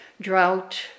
drought